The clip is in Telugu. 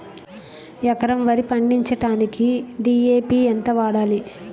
ఎకరం వరి పండించటానికి డి.ఎ.పి ఎంత వాడాలి?